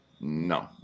No